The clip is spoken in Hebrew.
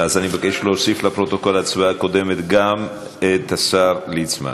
אני מבקש להוסיף לפרוטוקול בהצבעה הקודמת גם את השר ליצמן.